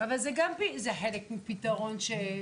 זה חלק מפתרון.